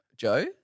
Joe